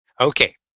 Okay